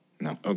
No